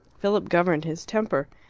philip governed his temper.